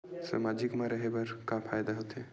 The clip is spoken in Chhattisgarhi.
सामाजिक मा रहे बार का फ़ायदा होथे?